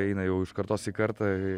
eina jau iš kartos į kartą